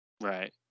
Right